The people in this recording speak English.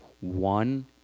one